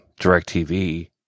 DirecTV